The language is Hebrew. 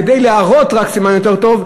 כדי להראות רק סימן יותר טוב,